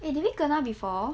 eh did we kena before